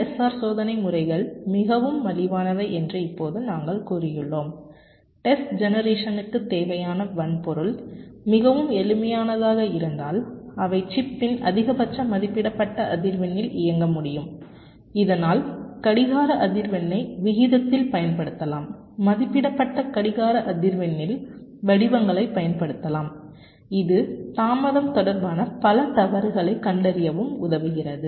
LFSR சோதனை முறைகள் மிகவும் மலிவானவை என்று இப்போது நாங்கள் கூறியுள்ளோம் டெஸ்ட் ஜெனெரெசனுக்கு தேவையான வன்பொருள் மிகவும் எளிமையானதாக இருந்தால் அவை சிப்பின் அதிகபட்ச மதிப்பிடப்பட்ட அதிர்வெண்ணில் இயங்க முடியும் இதனால் கடிகார அதிர்வெண்ணை விகிதத்தில் பயன்படுத்தலாம் மதிப்பிடப்பட்ட கடிகார அதிர்வெண்ணில் வடிவங்களைப் பயன்படுத்தலாம் இது தாமதம் தொடர்பான பல தவறுகளைக் கண்டறியவும் உதவுகிறது